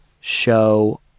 show